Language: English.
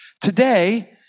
Today